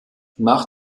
nach